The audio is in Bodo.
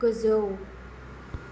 गोजौ